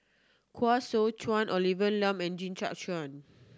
Koh Seow Chuan Olivia Lum and Jit Ch'ng